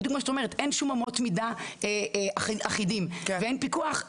כמו שאת אומרת אין שום אמות מידה אחידות ואין פיקוח,